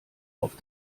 auf